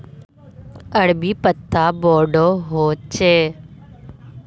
अरबी पत्ता बोडो होचे